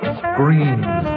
screams